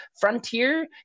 frontier